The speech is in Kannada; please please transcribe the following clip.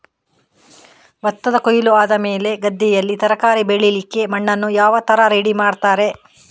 ಭತ್ತದ ಕೊಯ್ಲು ಆದಮೇಲೆ ಗದ್ದೆಯಲ್ಲಿ ತರಕಾರಿ ಬೆಳಿಲಿಕ್ಕೆ ಮಣ್ಣನ್ನು ಯಾವ ತರ ರೆಡಿ ಮಾಡ್ತಾರೆ?